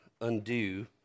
undo